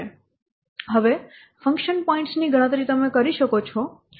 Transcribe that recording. હવે function points ની ગણતરી તમે કરી શકો છો